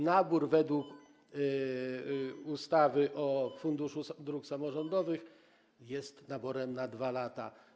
Nabór według ustawy o Funduszu Dróg Samorządowych jest naborem na 2 lata.